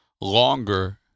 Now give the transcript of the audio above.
longer